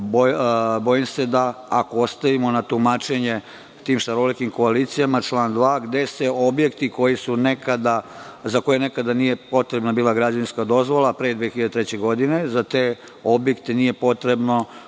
Bojim se da ako ostavimo na tumačenje tim šarolikim koalicijama član 2, gde se objekti za koje nekada nije bila potrebna građevinska dozvola pre 2003. godine, da te objekte nije potrebno